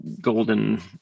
Golden